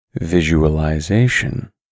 Visualization